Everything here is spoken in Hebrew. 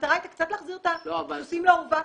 המטרה הייתה קצת להחזיר את הסוסים לאורווה,